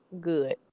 Good